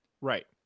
Right